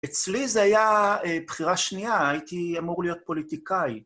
אצלי זו הייתה בחירה שנייה, הייתי אמור להיות פוליטיקאי.